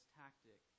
tactic